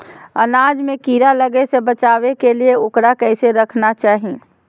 अनाज में कीड़ा लगे से बचावे के लिए, उकरा कैसे रखना चाही?